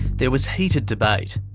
there was heated debate.